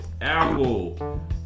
Apple